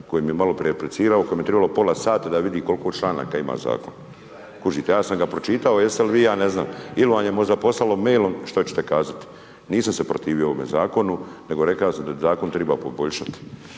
koji mi je malo prije replicirao, kojemu je trebalo pola sata da vidi koliko članaka ima zakon. Kužite ja sam ga pročitao, jeste li vi, ja ne znam. Ili vam je možda poslalo mailom što ćete kazati. Nisam se protivio ovome zakonu, nego rekao sam da zakon treba poboljšati.